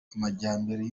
amajyambere